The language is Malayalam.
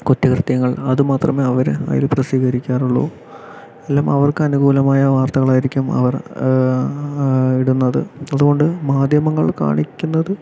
കുറ്റകൃത്യങ്ങൾ അത് മാത്രമേ അവര് അതിൽ പ്രസിദ്ധീകരിക്കാറുള്ളൂ എല്ലാം അവർക്ക് അനുകൂലമായ വാർത്തകൾ ആയിരിക്കും അവർ ഇടുന്നത് അതുകൊണ്ട് മാധ്യമങ്ങൾ കാണിക്കുന്നത്